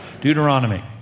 Deuteronomy